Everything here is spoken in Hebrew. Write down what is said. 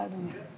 בשעה טובה.